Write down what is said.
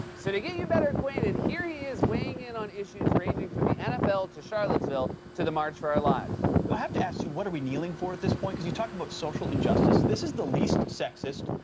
so to get you better acquainted, here he is weighing in on issues raging from the nfl to charlottesville to the march for our lives. but i have to ask you, what are we kneeling for at this point, because you talk about social injustice. this is the least sexist,